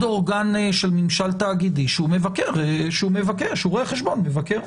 אורגן של ממשל תאגידי שהוא מבקש רואה חשבון מבקש.